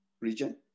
region